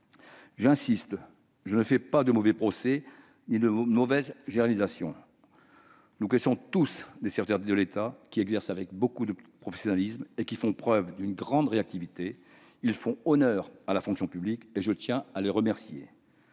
J'insiste : je ne fais ni mauvais procès ni mauvaises généralisations. Nous connaissons tous des serviteurs de l'État qui exercent avec beaucoup de professionnalisme et qui font preuve d'une grande réactivité. Ils font honneur à la fonction publique, et je tiens à les remercier.